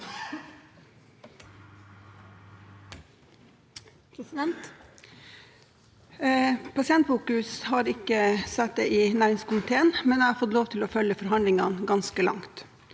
Pasientfokus har ikke sittet i næringskomiteen, men jeg har fått lov til å følge forhandlingene ganske langt.